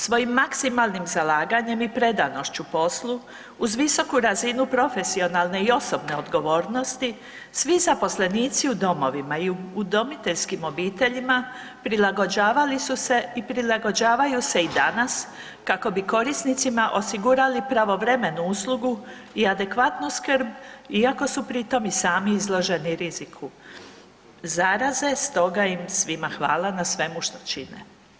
Svojim maksimalnim zalaganjem i predanošću poslu uz visoku razinu profesionalne i osobne odgovornosti svi zaposlenici u domovima i udomiteljskim obiteljima prilagođavali su se i prilagođavaju se i danas kako bi korisnicima osigurali pravovremenu uslugu i adekvatnu skrb iako su pri tom i sami izloženi riziku zaraze, stoga im svima hvala na svemu što čine.